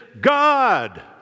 God